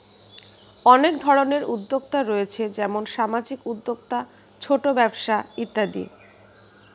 অনেক ধরনের উদ্যোক্তা রয়েছে যেমন সামাজিক উদ্যোক্তা, ছোট ব্যবসা ইত্যাদি